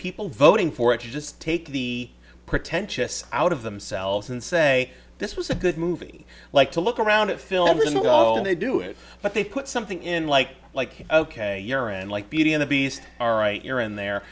people voting for it just take the pretentious out of themselves and say this was a good movie like to look around at film with all they do it but they put something in like like ok you're and like beauty and the beast all right you're in there